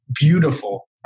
beautiful